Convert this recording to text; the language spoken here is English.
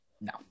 No